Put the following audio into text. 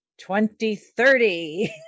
2030